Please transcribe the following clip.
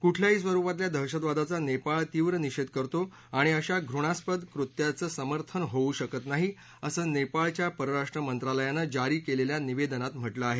कुठल्याही स्वरुपातल्या दहशतवादाचा नेपाळ तीव्र निषेध करतो आणि अशा घृणास्पद कृत्याचं समर्थन होऊ शकत नाही असं नेपाळच्या पर्राष्ट्र मंत्रालयानं जारी केलेल्या निवेदनात म्हटलं आहे